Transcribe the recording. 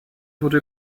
wurde